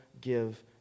give